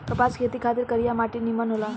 कपास के खेती खातिर करिया माटी निमन होला